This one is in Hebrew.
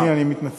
אדוני, אני מתנצל.